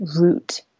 root